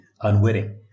unwitting